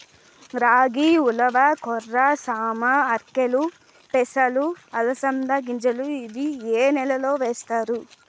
రాగి, ఉలవ, కొర్ర, సామ, ఆర్కెలు, పెసలు, అలసంద గింజలు ఇవి ఏ నెలలో వేస్తారు?